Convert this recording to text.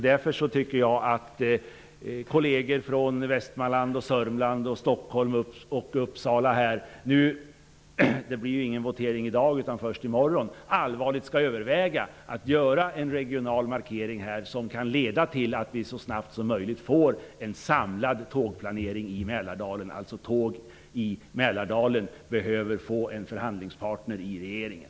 Därför tycker jag att kolleger från Västmanland, Södermanland, Stockholm och Uppsala nu allvarligt skall överväga att göra en regional markering som kan leda till att vi så snart som möjligt får en samlad tågplanering i Mälardalen. I Mälardalen behöver vi få en förhandlingspartner i regeringen.